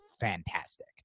fantastic